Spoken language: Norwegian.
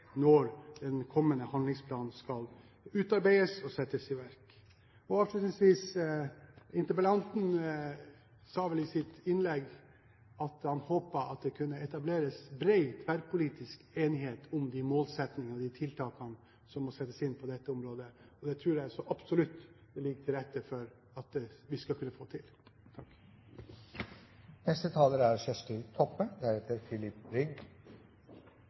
når den kommende handlingsplanen skal utarbeides og settes i verk. Avslutningsvis: Interpellanten sa i sitt innlegg at han håpet det kunne etableres bred tverrpolitisk enighet om de målsettingene og tiltakene som må settes inn på dette området. Det tror jeg så absolutt det ligger til rette for at vi skal kunne få til.